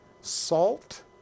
salt